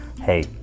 hey